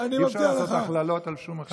אי-אפשר לעשות הכללות על אף אחד.